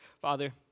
Father